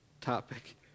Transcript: topic